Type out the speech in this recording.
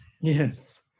Yes